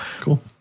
cool